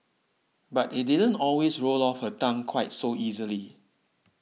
but it didn't always roll off her tongue quite so easily